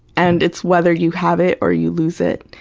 and it's whether you have it or you lose it.